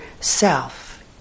self